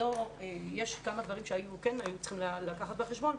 יש כמה דברים שהיה כן צריך לקחת בחשבון,